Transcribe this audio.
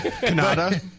Canada